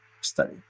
study